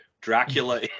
dracula